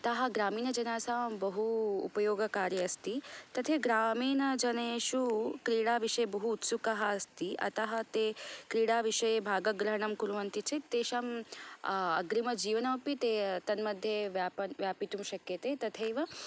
अतः ग्रामीणजनासां बहु उपयोगकारी अस्ति तथा ग्रामीणजनेषु क्रीडाविषये बहु उत्सुकः अस्ति अतः ते क्रीडाविषये भागग्रहणं कुर्वन्ति चेत् तेषां अग्रिमजीवनमपि ते तन्मध्ये व्याप् व्यापितुं शक्यते